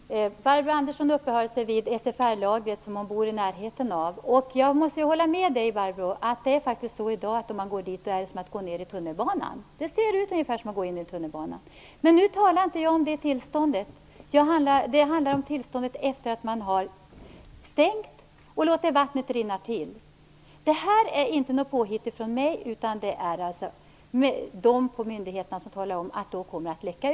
Herr talman! Barbro Andersson uppehöll sig vid SFR-lagret, som ligger i närheten av hennes bostad. Jag måste hålla med henne: Att gå dit i dag är som att gå ned i tunnelbanan. Det ser ut ungefär som i tunnelbanan. Men jag talar om tillståndet efter det att förvaret stängts och vattnet rinner till. Det är inte mitt påhitt. Det är myndigheterna som säger att det kommer att läcka.